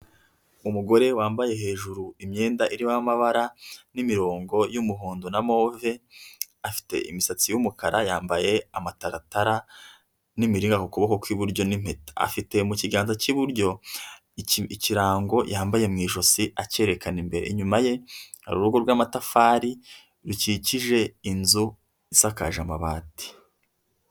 Umugore wambaye hejuru imyenda irimo amabara n'imirongo y'umuhondo na move, afite imisatsi y'umukara yambaye amataratara n'imiringa ku kaboko kw'iburyo n'impeta, afite mu kiganza cy'iburyo ikirango yambaye mu ijosi acyekana imbere inyuma ye hari urugo rw'amatafari rukikije inzu isakaje amabati.